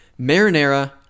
Marinara